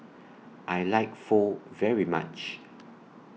I like Pho very much